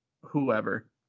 whoever